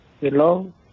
Hello